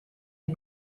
une